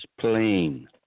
plain